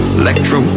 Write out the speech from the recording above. electro